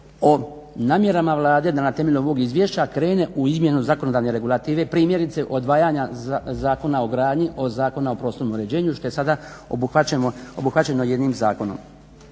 o namjerama Vlade da na temelju ovog izvješća krene u izmjenu zakonodavne regulative primjerice odvajanja zakona o gradnji od zakona o prostornom uređenju što je sada obuhvaćeno jednim zakonom.